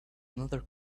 another